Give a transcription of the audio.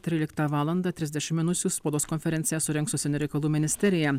tryliktą valandą trisdešim minučių spaudos konferenciją surengs užsienio reikalų ministerija